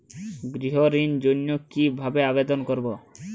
গৃহ ঋণ জন্য কি ভাবে আবেদন করব?